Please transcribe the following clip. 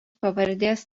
pavardės